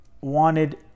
wanted